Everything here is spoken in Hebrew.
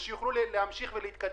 כדי שיוכלו להמשיך ולהתקדם.